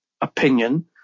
opinion